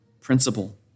principle